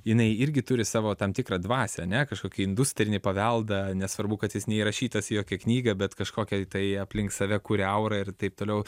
jinai irgi turi savo tam tikrą dvasią ane kažkokį industrinį paveldą nesvarbu kad jis neįrašytas į jokią knygą bet kažkokią tai aplink save kuria aurą ir taip toliau